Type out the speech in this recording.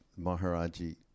maharaji